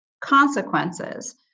consequences